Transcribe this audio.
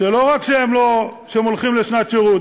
שלא רק שהם הולכים לשנת שירות,